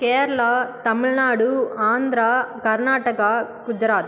Kerala Tamil Nadu Andhra Karnataka Gujarat